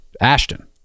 Ashton